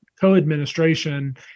co-administration